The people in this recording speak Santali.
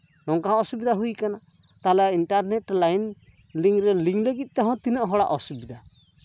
ᱱᱚᱝᱠᱟ ᱦᱚᱸ ᱚᱥᱩᱵᱤᱫᱟ ᱦᱩᱭᱟᱠᱟᱱᱟ ᱛᱟᱞᱦᱮ ᱤᱱᱴᱟᱨᱱᱮᱴ ᱞᱟᱭᱤᱱ ᱞᱤᱝᱠ ᱨᱮ ᱞᱤᱝᱠ ᱞᱟᱹᱜᱤᱫ ᱛᱮᱦᱚᱸ ᱛᱤᱱᱟᱹᱜ ᱦᱚᱲᱟᱜ ᱚᱥᱩᱵᱤᱫᱟ